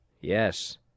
Yes